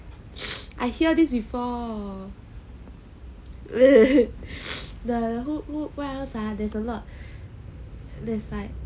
I hear this before the who who what else ah there's a lot there's like